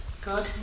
Good